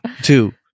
two